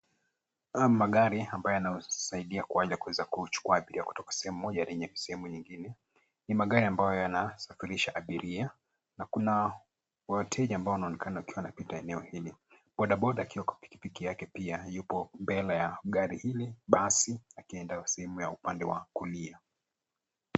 Haya ni magari ambayo yanasaidia kwa ajili ya kuweza kuuchukua abiria kutoka sehemu moja lenye sehemu nyingine. Ni magari ambayo yanasafirisha abiria na kuna wateja ambao wanaoonekana wakiwa wanapita eneo hili. Boda boda akiwa kwa pikipiki yake, pia yupo mbele ya gari hili basi akiendea sehemu ya upande wa kulia.